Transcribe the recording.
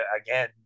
again